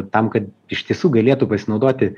tam kad iš tiesų galėtų pasinaudoti